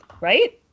right